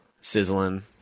sizzling